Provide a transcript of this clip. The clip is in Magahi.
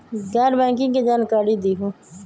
गैर बैंकिंग के जानकारी दिहूँ?